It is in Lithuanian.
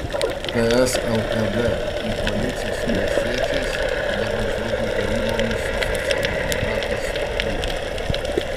ts lkd į koaliciją su valstiečiais nebent žlugus deryboms su socialdemokratais papildyta